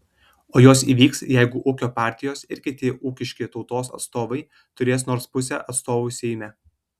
o jos įvyks jeigu ūkio partijos ir kiti ūkiški tautos atstovai turės nors pusę atstovų seime